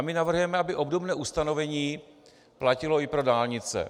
My navrhujeme, aby obdobné ustanovení platilo i pro dálnice.